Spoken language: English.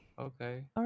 okay